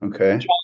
Okay